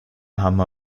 hammer